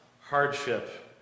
Hardship